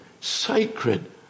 sacred